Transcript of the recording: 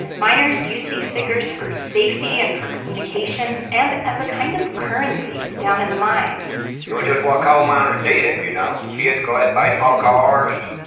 miners use these stickers for safety and for communication and as a kind of currency down in the mines it was just what coal miners did, you know? kids collect baseball cars.